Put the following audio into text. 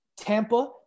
Tampa